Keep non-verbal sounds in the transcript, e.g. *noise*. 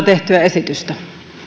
*unintelligible* tehtyä esitystä